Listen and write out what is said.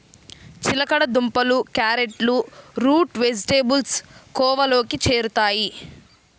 చిలకడ దుంపలు, క్యారెట్లు రూట్ వెజిటేబుల్స్ కోవలోకి చేరుతాయి